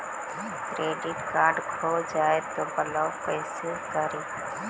Credit card खो जाए तो ब्लॉक कैसे करी?